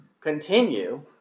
Continue